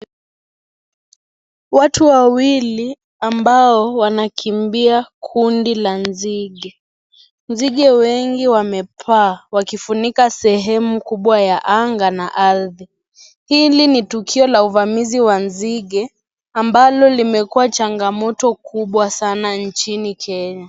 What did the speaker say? Watu wawili ambao wanakimbia kundi la nzige. Nzige wengi wamepaa, wakifunika sehemu kubwa ya anga na ardhi. Hili ni tukio la uvamizi wa nzige ambalo limekuwa changamoto kubwa sana nchini Kenya.